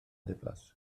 ddiflas